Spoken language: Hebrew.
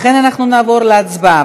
לכן אנחנו נעבור להצבעה.